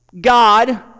god